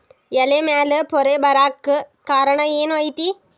ಎಲೆ ಮ್ಯಾಲ್ ಪೊರೆ ಬರಾಕ್ ಕಾರಣ ಏನು ಐತಿ?